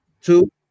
Two